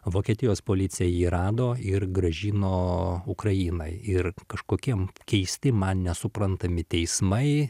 vokietijos policija jį rado ir grąžino ukrainai ir kažkokiem keisti man nesuprantami teismai